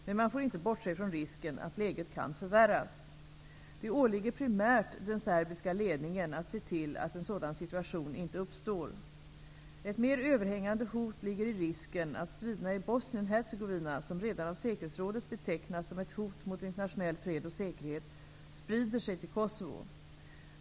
Men man får inte bortse från risken att läget kan förvärras. Det åligger primärt den serbiska ledningen att se till att en sådan situation inte uppstår. Ett mer överhängande hot ligger i risken att striderna i Bosnien-Hercegovina, som redan av säkerhetsrådet betecknats som ett hot mot internationell fred och säkerhet, sprider sig till Kosovo.